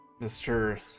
Mr